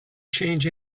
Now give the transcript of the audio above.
change